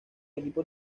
equipo